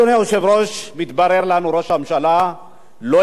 מתברר לנו: ראש הממשלה לא התכוון באמת,